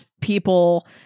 people